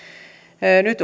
nyt